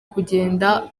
kugenda